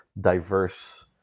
diverse